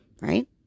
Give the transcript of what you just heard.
right